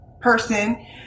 person